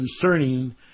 concerning